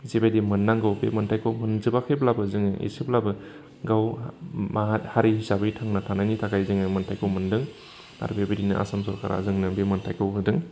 जि बायदि मोननांगौ बे मोन्थायखौ मोनजोबोखैब्लाबो जोङो एसेब्लाबो गाव माहारि हिसाबै थांना थानायनि थाखाय जोङो मोन्थायखौ मोन्दों आरो बेबायदिनो आसाम सरकारा जोंनो बे मोन्थायखौ होदों